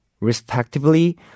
respectively